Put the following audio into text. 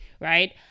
right